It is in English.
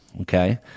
Okay